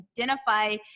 identify